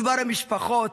מדובר במשפחות,